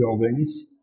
buildings